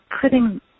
putting